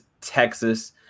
Texas